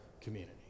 community